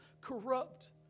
corrupt